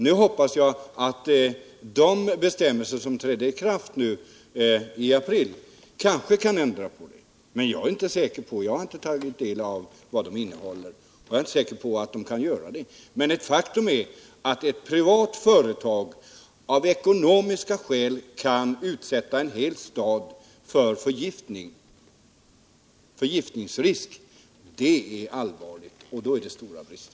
Nu hoppas jag att de bestämmelser som träder i kraft i april kan ändra på detta, men jag är inte säker på det, eftersom jag inte har tagit del av dem. Men det faktum att ett privat företag av ekonomiska skäl kan utsätta en hel stad för förgiftningsrisk är allvarligt och då är det stora brister.